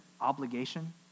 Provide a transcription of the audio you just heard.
obligation